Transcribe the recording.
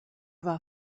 war